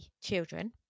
children